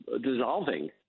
dissolving